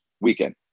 weekend